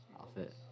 outfit